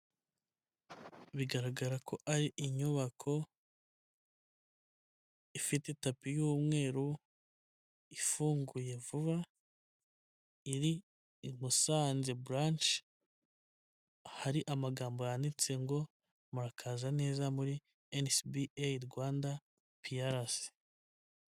Bigaragara ko ari inyubako ifite itapi y'umweru ifunguye vuba iri i Musanze buranshi hari amagambo yanditse ngo murakaza neza muri NCBA Rwanda PLC.